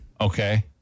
Okay